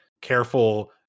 careful